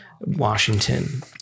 Washington